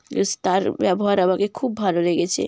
S তার ব্যবহার আমাকে খুব ভালো লেগেছে